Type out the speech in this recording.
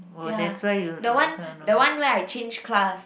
ya the one the one where I change class